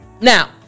Now